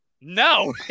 No